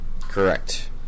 Correct